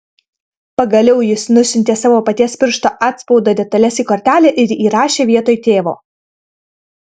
pagaliau jis nusiuntė savo paties piršto atspaudo detales į kortelę ir įrašė vietoj tėvo